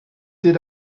did